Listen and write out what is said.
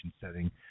setting